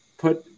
put